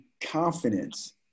confidence